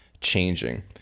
changing